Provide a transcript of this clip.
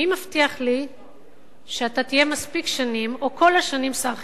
מי מבטיח לי שאתה תהיה מספיק שנים או כל השנים שר החינוך?